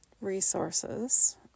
resources